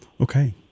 okay